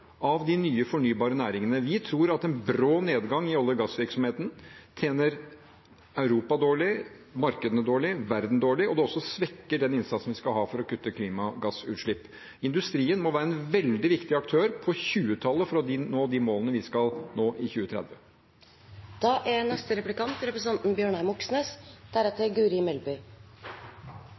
av de nye fornybare næringene. Vi tror at en brå nedgang i olje- og gassvirksomheten tjener Europa dårlig, markedene dårlig, verden dårlig, og at det også svekker den innsatsen vi skal ha for å kutte klimagassutslipp. Industrien må være en veldig viktig aktør på 2020-tallet for å nå de målene vi skal nå i